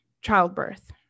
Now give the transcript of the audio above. childbirth